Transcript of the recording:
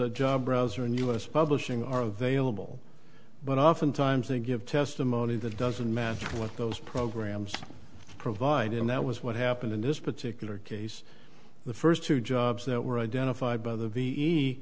a job browser and us publishing are available but often times they give testimony that doesn't match what those programs provide and that was what happened in this particular case the first two jobs that were identified by the